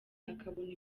akabona